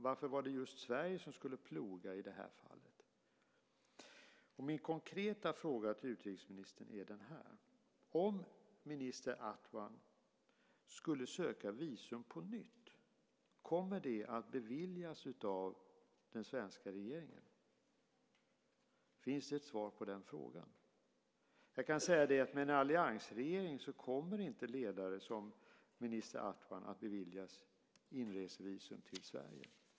Varför var det just Sverige som skulle ploga i det här fallet? Min konkreta fråga till utrikesministern är den här: Om minister Adwan skulle söka visum på nytt, skulle det då beviljas av den svenska regeringen? Finns det ett svar på den frågan? Jag kan säga att med en alliansregering kommer inte ledare som minister Adwan att beviljas inresevisum till Sverige.